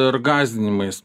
ir gąsdinimais